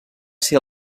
ser